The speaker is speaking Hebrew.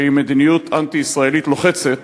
שעם מדיניות אנטי-ישראלית לוחצת,